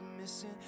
missing